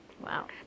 Wow